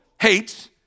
hates